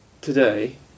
Today